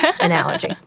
analogy